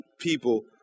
people